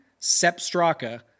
Sepstraka